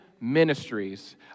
ministries